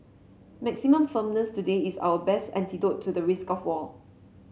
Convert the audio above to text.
maximum firmness today is our best antidote to the risk of war